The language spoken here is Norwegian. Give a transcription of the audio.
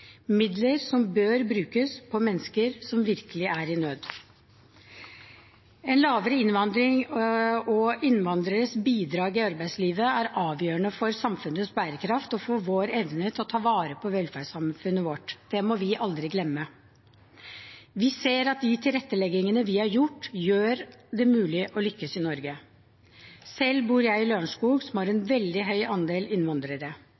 midler som bør brukes på mennesker som virkelig er i nød. En lavere innvandring og innvandreres bidrag i arbeidslivet er avgjørende for samfunnets bærekraft og for vår evne til å ta vare på velferdssamfunnet vårt. Det må vi aldri glemme. Vi ser at de tilretteleggingene vi har gjort, gjør det mulig å lykkes i Norge. Selv bor jeg i Lørenskog, som har en veldig høy andel innvandrere.